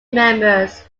members